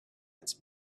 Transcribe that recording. its